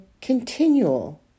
continual